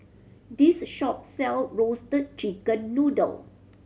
this shop sell Roasted Chicken Noodle